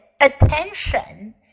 attention